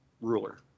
ruler